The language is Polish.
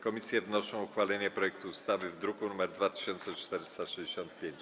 Komisje wnoszą o uchwalenie projektu ustawy z druku nr 2465.